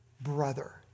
brother